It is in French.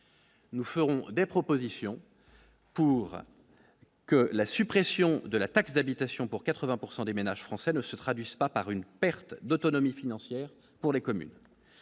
Nous ferons des propositions pour que la suppression de la taxe d'habitation pour 80 pourcent des ménages français ne se traduisent pas par une perte d'autonomie financière pour les communes,